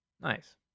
Nice